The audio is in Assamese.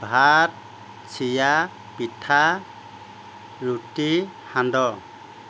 ভাত চিৰা পিঠা ৰুটি সান্দহ